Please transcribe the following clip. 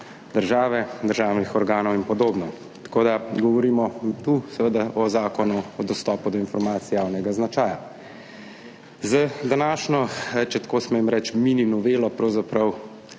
države, državnih organov in podobno. Tu govorimo o Zakonu o dostopu do informacij javnega značaja. Z današnjo, če smem tako reči, mini novelo se pravzaprav